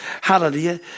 hallelujah